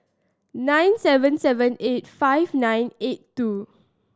nine seven seven eight five nine eight two